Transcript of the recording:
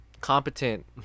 Competent